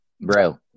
bro